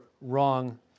wrong